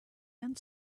and